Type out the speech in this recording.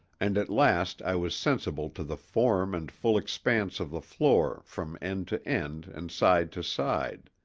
and at last i was sensible to the form and full expanse of the floor from end to end and side to side.